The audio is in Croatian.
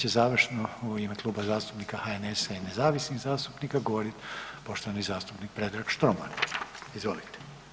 Sad će završno u ime Kluba zastupnika HNS-a i nezavisnih zastupnika govoriti poštovani zastupnik Predrag Štromar, izvolite.